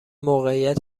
موقعیت